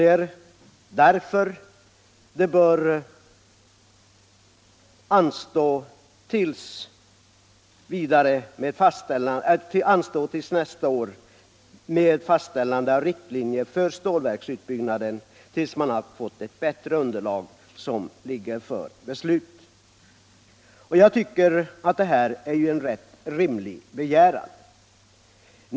Därför bör det anstå till nästa år med fastställande av riktlinjer för stålverksutbyggnaden, så att man hunnit få ett bättre underlag för beslutet. Jag tycker att det är en rätt rimlig begäran.